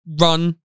run